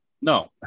No